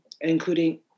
including